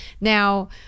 Now